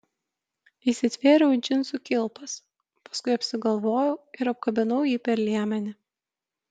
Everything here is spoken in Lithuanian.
įsitvėriau į džinsų kilpas paskui apsigalvojau ir apkabinau jį per liemenį